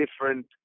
different